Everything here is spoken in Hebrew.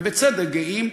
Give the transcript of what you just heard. ובצדק גאים,